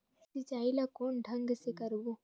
सिंचाई ल कोन ढंग से करबो?